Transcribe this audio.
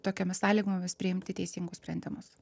tokiomis sąlygomis priimti teisingus sprendimus